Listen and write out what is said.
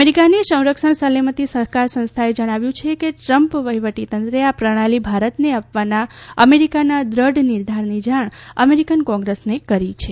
અમેરીકાની સંરક્ષણ સલામતી સહકાર સંસ્થાએ જણાવ્યું છે કે ટ્રમ્પ વહિવટીતંત્રે આ પ્રણાલી ભારતને આપવાના અમેરીકાના દ્રઢ નિર્ધારની જાણ અમેરીકન કોંગ્રેસને કરી છે